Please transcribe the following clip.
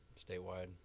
statewide